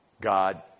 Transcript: God